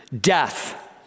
death